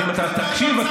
תקשיב.